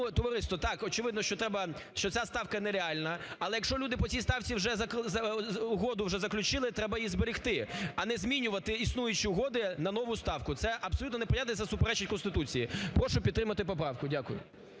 товариство так, очевидно, що треба, що ця ставка не реальна, але якщо люди по цій ставці угоду вже заключили, треба її зберегти, а не змінювати існуючі угоди на нову ставку, це абсолютно неприйнятно і це суперечить Конституції. Прошу підтримати поправку. Дякую.